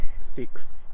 Six